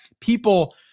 people